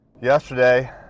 yesterday